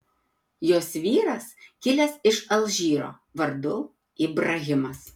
jos vyras kilęs iš alžyro vardu ibrahimas